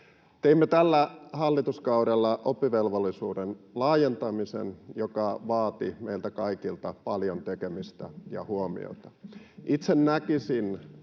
Teimme tällä hallituskaudella oppivelvollisuuden laajentamisen, joka vaati meiltä kaikilta paljon tekemistä ja huomiota. Itse näkisin,